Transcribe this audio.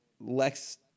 Lex